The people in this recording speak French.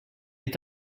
est